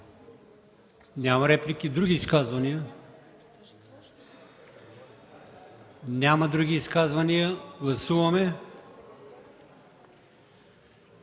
Няма. Други изказвания? Няма други изказвания. Гласуваме